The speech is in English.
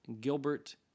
Gilbert